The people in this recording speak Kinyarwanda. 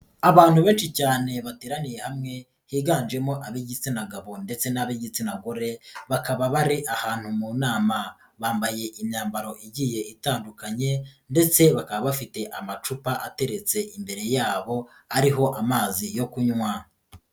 Abantu benshi cyane bateraniye hamwe, higanjemo ab'igitsina gabo ndetse n'ab'igitsina gore, bakaba bari ahantu mu nama. Bambaye imyambaro igiye itandukanye ndetse bakaba bafite amacupa ateretse imbere yabo, ariho amazi yo kunywa.